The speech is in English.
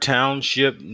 Township